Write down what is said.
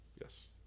Yes